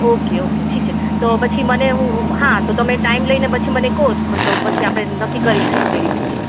okay okay ઠીક છે તો પછી મને હું હા તો તમે ટાઈમ લઈને પછી મને કહો પણ તો પ પછી આપણે નક્કી કરી લઈએ કઈ રીતે છે